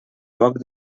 poc